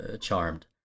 charmed